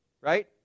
right